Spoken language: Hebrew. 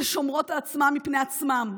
ששומרות על הילדים מפני עצמם,